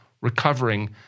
recovering